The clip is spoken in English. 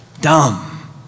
dumb